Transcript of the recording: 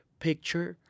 Picture